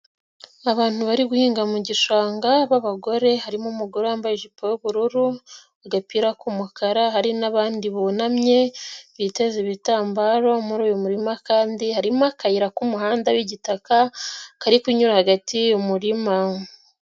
Abantu bari guhinga mu gishanga b'abagore, harimo umugore wambaye ijipo y'ubururu, agapira k'umukara, hari n'abandi bunamye biteze ibitambaro, muri uyu murima kandi harimo akayira k'umuhanda w'igitaka kari kunyura hagati mu murima.